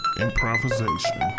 improvisation